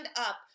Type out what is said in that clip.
up